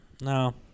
No